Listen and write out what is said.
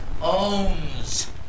Ohms